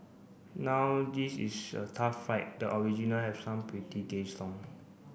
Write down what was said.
now this is a tough fight the original have some pretty gay song